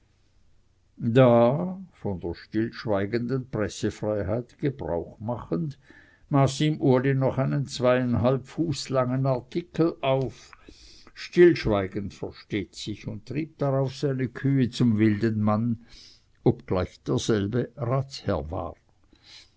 da von der stillschweigenden preßfreiheit gebrauch machend maß ihm uli noch einen zweieinhalb fuß langen artikel auf stillschweigend versteht sich und trieb darauf seine kühe zum wildenmann obgleich derselbe ratsherr war